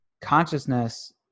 Consciousness